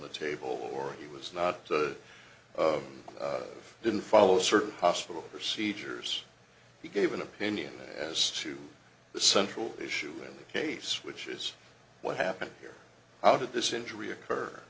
the table or he was not of didn't follow certain hospital procedures he gave an opinion as to the central issue in the case which is what happened here how did this injury occur